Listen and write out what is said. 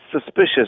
suspicious